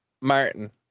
Martin